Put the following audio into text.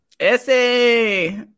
essay